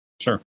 sure